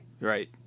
right